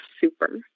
super